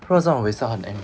不然这样我 wasted 很 and